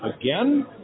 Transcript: again